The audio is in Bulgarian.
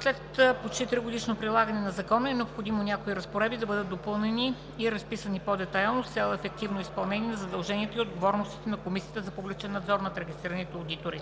След почти тригодишно прилагане на Закона е необходимо някои разпоредби да бъдат допълнени и разписани по-детайлно с цел ефективното изпълнение на задълженията и отговорностите на Комисията за публичен надзор над регистрираните одитори,